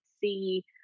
see